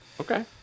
Okay